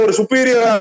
superior